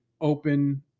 open